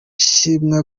shimwa